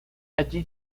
allí